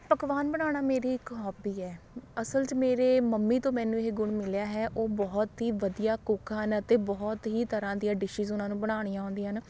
ਪਕਵਾਨ ਬਣਾਉਣਾ ਮੇਰੀ ਇੱਕ ਹੋਬੀ ਹੈ ਅਸਲ 'ਚ ਮੇਰੇ ਮੰਮੀ ਤੋਂ ਮੈਨੂੰ ਇਹ ਗੁਣ ਮਿਲਿਆ ਹੈ ਉਹ ਬਹੁਤ ਹੀ ਵਧੀਆ ਕੁੱਕ ਹਨ ਅਤੇ ਬਹੁਤ ਹੀ ਤਰ੍ਹਾਂ ਦੀਆਂ ਡਿਸ਼ਿਜ਼ ਉਹਨਾਂ ਨੂੰ ਬਣਾਉਣੀਆਂ ਆਉਂਦੀਆਂ ਹਨ